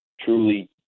truly